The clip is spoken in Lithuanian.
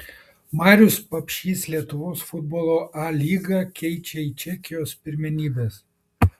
marius papšys lietuvos futbolo a lygą keičia į čekijos pirmenybes